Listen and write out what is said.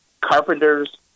carpenters